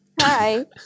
Hi